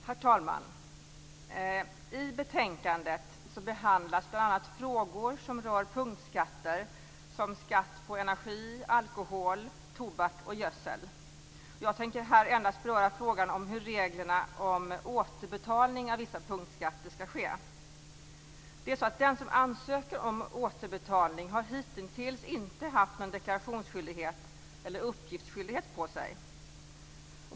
Herr talman! I betänkandet behandlas bl.a. frågor som rör punktskatter såsom skatt på energi, alkohol, tobak och gödsel. Jag tänker här endast beröra frågan om hur reglerna om återbetalning av vissa punktskatter skall ske. Den som ansöker om återbetalning har hitintills inte haft någon deklarationsskyldighet eller uppgiftsskyldighet på sig.